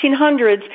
1800s